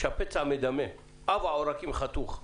שהפצע מדמם, אב העורקים חתוך,